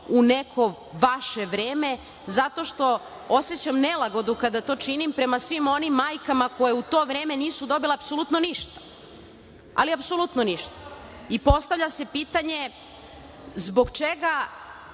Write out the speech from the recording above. u neko vaše vreme zato što osećam nelagodu kada to činim prema svim onim majkama koje u to vreme nisu dobila apsolutno ništa, ali apsolutno ništa. Postavlja se pitanje – zbog čega